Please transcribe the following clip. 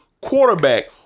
quarterback